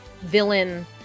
villain